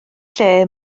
lle